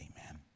Amen